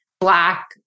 Black